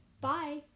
Bye